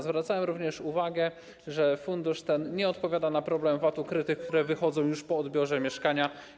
Zwracamy również uwagę, że fundusz ten nie odpowiada na problem wad ukrytych, które wychodzą już po odbiorze mieszkania.